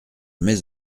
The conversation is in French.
mets